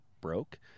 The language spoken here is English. broke